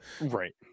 Right